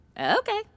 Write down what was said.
Okay